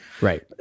Right